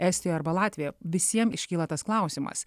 estijoj arba latvijoj visiem iškyla tas klausimas